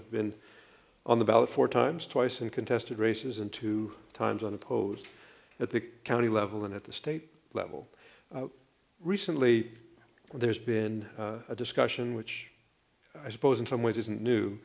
i've been on the ballot four times twice in contested races and two times unopposed at the county level and at the state level recently there's been a discussion which i suppose in some ways is new